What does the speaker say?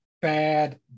bad